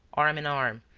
arm in arm,